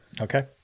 Okay